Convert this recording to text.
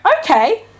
Okay